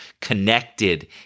connected